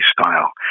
style